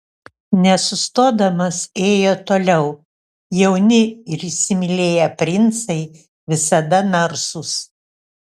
nesustodamas ėjo toliau jauni ir įsimylėję princai visada narsūs